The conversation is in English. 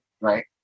Right